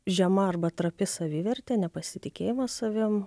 žema arba trapi savivertė nepasitikėjimas savim